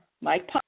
Mike